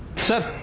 sir.